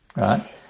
right